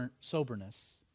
soberness